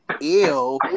ew